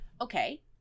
Okay